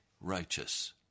righteous